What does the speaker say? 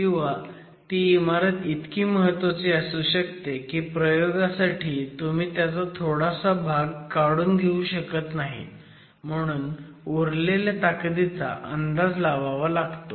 किंवा ती इमारत इतकी महत्वाची असू शकते की प्रयोगासाठी तुम्ही त्याचा थोडासा भाग काढून घेऊ शकत नाही म्हणून उरलेल्या ताकदीचा अंदाज लावावा लागतो